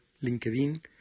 LinkedIn